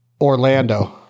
Orlando